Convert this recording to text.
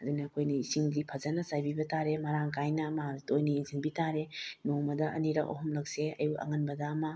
ꯑꯗꯨꯅ ꯑꯩꯈꯣꯏꯅ ꯏꯁꯤꯡꯗꯤ ꯐꯖꯅ ꯆꯥꯏꯕꯤꯕ ꯇꯥꯔꯦ ꯃꯔꯥꯡ ꯀꯥꯏꯅ ꯃꯥ ꯇꯣꯏꯅ ꯌꯦꯡꯁꯤꯟꯕꯤ ꯇꯥꯔꯦ ꯅꯣꯡꯃꯗ ꯑꯅꯤꯔꯛ ꯑꯍꯨꯝꯂꯛꯁꯦ ꯑꯌꯨꯛ ꯑꯉꯟꯕꯗ ꯑꯃ